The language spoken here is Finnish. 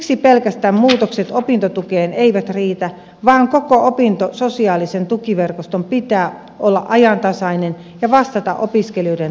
siksi pelkästään muutokset opintotukeen eivät riitä vaan koko opintososiaalisen tukiverkoston pitää olla ajantasainen ja vastata opiskelijoiden tarpeisiin